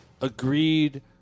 agreed